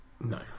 No